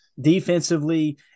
Defensively